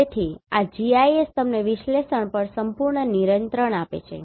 તેથી આ GIS તમને વિશ્લેષણ પર સંપૂર્ણ નિયંત્રણ આપે છે